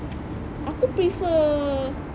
aku prefer